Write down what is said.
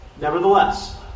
Nevertheless